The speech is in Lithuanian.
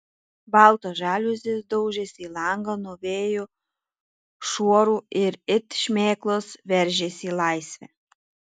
baltos žaliuzės daužėsi į langą nuo vėjo šuorų ir it šmėklos veržėsi į laisvę